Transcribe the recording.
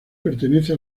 pertenece